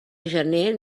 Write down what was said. gener